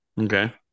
Okay